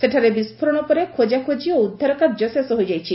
ସେଠାରେ ବିସ୍କୋରଣ ପରେ ଖୋଜାଖୋଜି ଓ ଉଦ୍ଧାରକାର୍ଯ୍ୟ ଶେଷ ହୋଇଯାଇଛି